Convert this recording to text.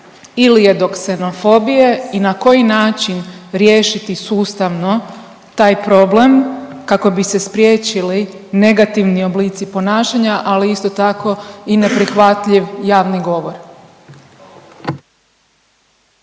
ili je do ksenofobije. I na koji način riješiti sustavno taj problem kako bi se spriječili negativni oblici ponašanja, ali isto tako i neprihvatljiv javni govor.